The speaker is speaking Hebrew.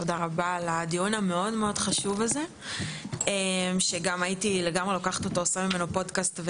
תודה רבה על הדיון המאוד חשוב הזה שגם הייתי לוקחת ועושה אותו פודקאסט,